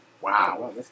Wow